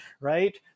right